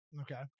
Okay